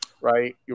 right